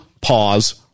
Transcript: pause